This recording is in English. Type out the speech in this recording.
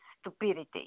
stupidity